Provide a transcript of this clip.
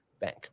bank